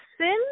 sin